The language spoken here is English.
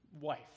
wife